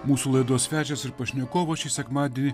mūsų laidos svečias ir pašnekovo šį sekmadienį